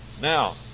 Now